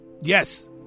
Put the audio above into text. Yes